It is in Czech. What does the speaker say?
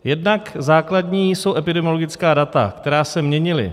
Jednak základní jsou epidemiologická data, která se měnila.